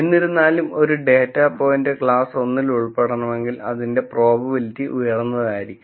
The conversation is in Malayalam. എന്നിരുന്നാലും ഒരു ഡാറ്റാ പോയിൻറ് ക്ലാസ് 1 ൽ ഉൾപെടെണമെങ്കിൽ അതിന്റെ പ്രോബബിലിറ്റി ഉയർന്നതായിരിക്കണം